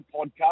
podcast